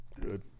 Good